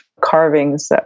carvings